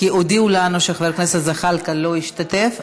כי הודיעו לנו שחבר הכנסת זחאלקה לא ישתתף,